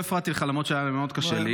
אני לא הפרעתי לך, למרות שהיה לי קשה מאוד.